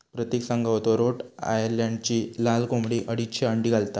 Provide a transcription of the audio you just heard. प्रतिक सांगा होतो रोड आयलंडची लाल कोंबडी अडीचशे अंडी घालता